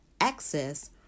access